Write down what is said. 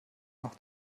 noch